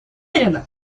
уверена